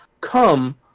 come